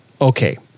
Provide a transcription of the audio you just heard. Okay